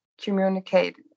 communicate